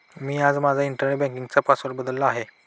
मी आज माझा internet banking password बदलला आहे